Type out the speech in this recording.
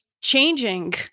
changing